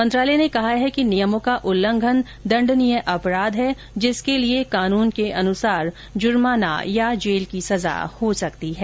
मंत्रालय ने कहा है कि नियमों का उल्लंघन दंडनीय अपराध है जिसके लिए कानून के अनुसार जुर्माना या जेल की सजा हो सकती है